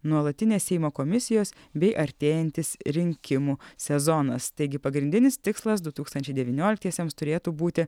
nuolatinės seimo komisijos bei artėjantis rinkimų sezonas taigi pagrindinis tikslas du tūkstančiai devynioliktiesiems turėtų būti